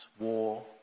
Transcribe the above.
war